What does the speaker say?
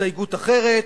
הסתייגות אחרת,